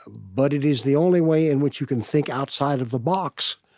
but it is the only way in which you can think outside of the box.